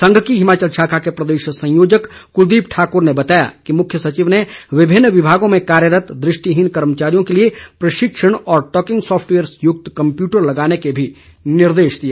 संघ की हिमाचल शाखा के प्रदेश संयोजक कुलदीप ठाकुर ने बताया कि मुख्य सचिव ने विभिन्न विभागों में कार्यरत दृष्टिहीन कर्मचारियों के लिए प्रशिक्षण और टॉकिंग सोफ़टवेयर युक्त कम्प्यूटर लगाने के भी निर्देश दिए